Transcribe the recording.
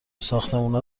ساختمونا